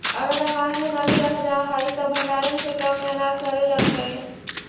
अगर अनाज में नमी रह जा हई त भण्डारण के क्रम में अनाज सड़े लगतइ